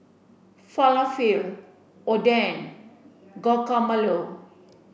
Falafel Oden Guacamole